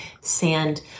sand